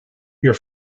your